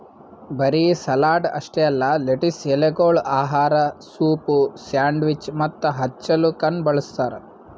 ಬರೀ ಸಲಾಡ್ ಅಷ್ಟೆ ಅಲ್ಲಾ ಲೆಟಿಸ್ ಎಲೆಗೊಳ್ ಆಹಾರ, ಸೂಪ್, ಸ್ಯಾಂಡ್ವಿಚ್ ಮತ್ತ ಹಚ್ಚಲುಕನು ಬಳ್ಸತಾರ್